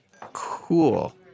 Cool